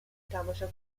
تماشا